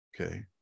okay